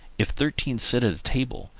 if thirteen sit at table,